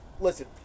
Listen